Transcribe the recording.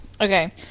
Okay